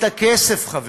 את הכסף, חברים,